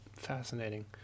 Fascinating